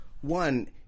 one